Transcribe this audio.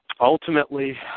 ultimately